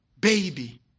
baby